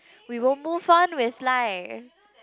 we will move on with life